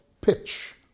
pitch